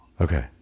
Okay